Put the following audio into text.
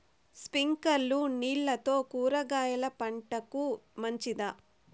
స్ప్రింక్లర్లు నీళ్లతో కూరగాయల పంటకు మంచిదా?